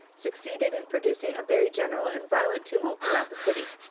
succeeded in producing a very general and violent tumult throughout the city.